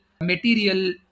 material